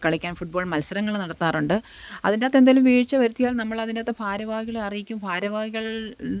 കളിക്കാൻ ഫുട്ബോൾ മത്സരങ്ങൾ നടത്താറുണ്ട് അതിൻ്റകത്ത് എന്തേലും വീഴ്ച്ച വരുത്തിയാൽ നമ്മൾ അതിൻ്റകത്ത് ഭാരവാഹികളെ അറിയിക്കും ഭാരവാഹികളുടെ